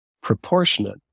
proportionate